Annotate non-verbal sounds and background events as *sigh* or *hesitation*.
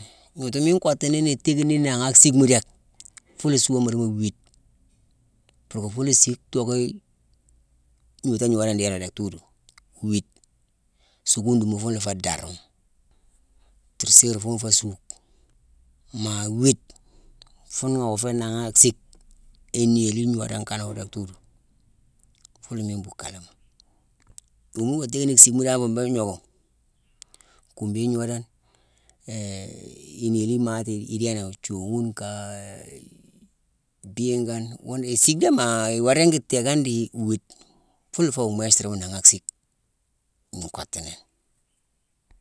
Gnotuma miine nkottu nini téckini nanghaa sickma déck: funa suuama dimo wiide. Purké fune sik tooké gnootone gnoodone déénowu deck tuudu, wiide; suckuduma funa fé ndarma; triséru fune fé suuckma. Maa wiide, fune awo nangha a sick inéline ngoodane kanowu deck tuudu. Funa miine mbuu kaléma. Yooma iwa teckini sikma dan fu mbéé gnokoma: kumbééne gnoodone, *hesitation* thiooghune, kaa diikane. Yune isick dé. Maa iwa ringi théékane di wuude. Funa wu mestrama nangha a sik miine nkottu ni.